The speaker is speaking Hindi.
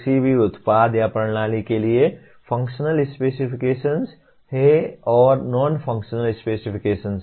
किसी भी उत्पाद या प्रणाली के लिए फंक्शनल स्पेसिफिकेशन्स हैं और नॉन फंक्शनल स्पेसिफिकेशन्स हैं